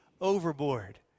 overboard